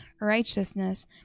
righteousness